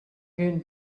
been